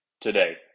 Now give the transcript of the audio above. today